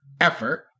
effort